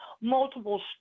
multiple